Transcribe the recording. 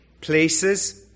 places